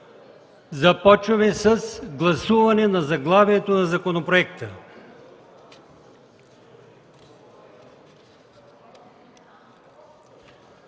започваме с гласуване на заглавието на законопроекта.